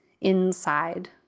inside